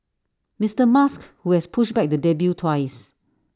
Mister musk who has pushed back the debut twice